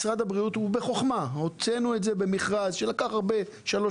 משרד הבריאות הוציא את זה במכרז שלקח כשלוש